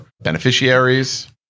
beneficiaries